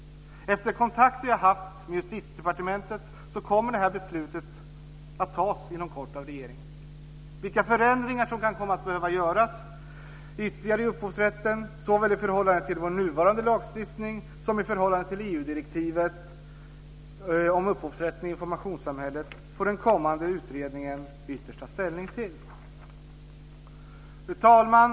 Efter kontakter jag har haft med Justitiedepartementet har jag fått veta att beslut inom kort kommer att fattas av regeringen. Vilka förändringar som kan komma att behöva göras ytterligare i upphovsrätten såväl i förhållande till vår nuvarande lagstiftning som i förhållande till EU-direktivet om upphovsrätten i informationssamhället får den kommande utredningen ytterst ta ställning till. Fru talman!